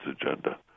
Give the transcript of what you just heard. agenda